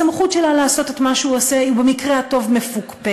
הסמכות שלה לעשות את מה שהוא עושה היא במקרה הטוב מפוקפקת,